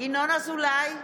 ינון אזולאי,